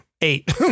eight